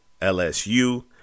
LSU